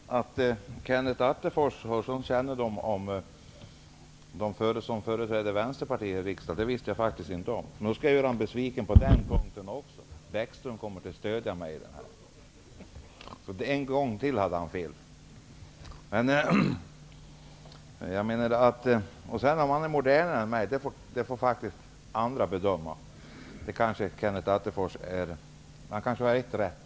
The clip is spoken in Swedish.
Herr talman! Att Kenneth Attefors har sådan kännedom om dem som företräder Vänsterpartiet i riksdagen visste jag faktiskt inte. Jag måste nog göra honom besviken på den punkten. Lars Bäckström kommer att stödja mig här. Kenneth Attefors hade fel en gång till. Om sedan Lars Bäckström är modernare än jag får faktiskt andra bedöma. Där kanske Kenneth Attefors har rätt.